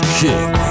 king